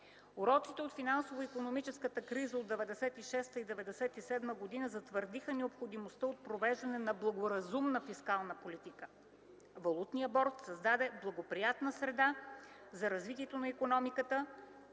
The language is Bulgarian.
Уроците от финансово-икономическата криза от 1996 и 1997 г. затвърдиха необходимостта от провеждане на благоразумна фискална политика. Валутният борд създаде благоприятна среда за развитието на икономиката